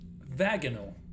vaginal